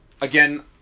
again